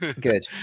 good